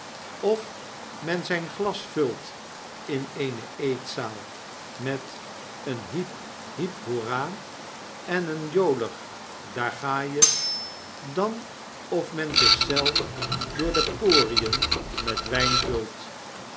of men zyn glas vult in eene eetzaal met een hiep hiep hoera en een jolig daar ga je dan of men zich zelf door de porien met wyn vult